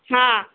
हा